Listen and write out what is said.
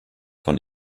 vom